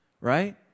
right